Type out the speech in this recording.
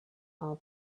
all